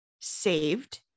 saved